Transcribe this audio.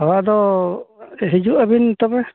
ᱦᱳᱭ ᱟᱫᱚ ᱦᱤᱡᱩᱜ ᱟᱹᱵᱤᱱ ᱛᱚᱵᱮ